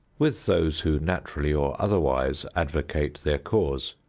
with those who naturally or otherwise advocate their cause,